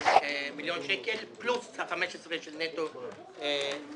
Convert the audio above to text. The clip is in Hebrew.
מיליון שקל פלוס ה-15 של "נטו תעשייה",